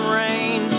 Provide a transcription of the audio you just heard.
rain